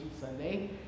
Sunday